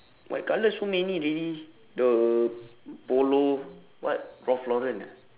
white colour so many already the polo what ralph lauren ah